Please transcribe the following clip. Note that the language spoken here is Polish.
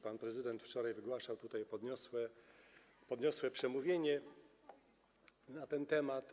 Pan prezydent wczoraj wygłaszał tutaj podniosłe przemówienie na ten temat.